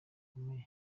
ububabare